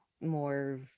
more